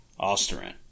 Osterin